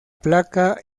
placa